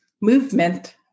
movement